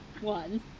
one